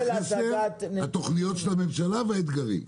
על נתוני החסר, התוכניות של הממשלה והאתגרים.